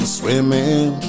swimming